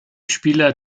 spieler